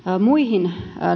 muihin